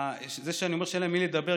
זה שאני אומר שאין להם עם מי לדבר.